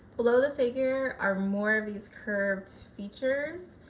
below the figure are more of these curved features,